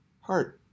Heart